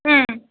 ம்